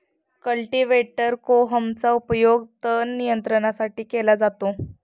cultivator कोहमचा उपयोग तण नियंत्रणासाठी केला जातो